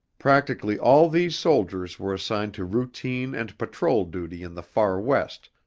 practically all these soldiers were assigned to routine and patrol duty in the far west,